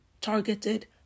targeted